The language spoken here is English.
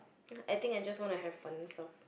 I think I just wanna have fun stuff